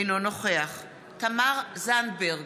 אינו נוכח תמר זנדברג,